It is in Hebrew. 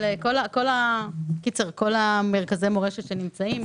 כל מרכזי המורשת שקיימים.